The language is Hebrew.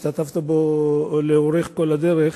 שהשתתפת בו לאורך כל הדרך.